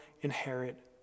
inherit